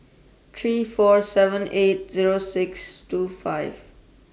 three four seven eight Zero six two five